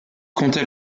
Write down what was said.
comptait